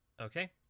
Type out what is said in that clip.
Okay